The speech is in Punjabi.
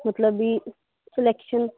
ਮਤਲਬ ਵੀ ਸਲੈਕਸ਼ਨ